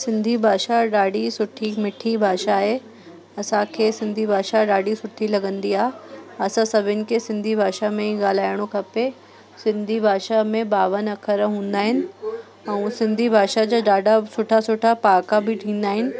सिंधी भाषा ॾाढी सुठी मिठी भाषा आहे असांखे सिंधी भाषा ॾाढी सुठी लॻंदी आहे असां सभिनि खे सिंधी भाषा में ई ॻाल्हाइणो खपे सिंधी भाषा में ॿावन अख़र हूंदा आहिनि ऐं सिंधी भाषा जो ॾाढा बि सुठा सुठा पहाका बि थींदा आहिनि